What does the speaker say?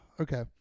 Okay